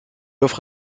offre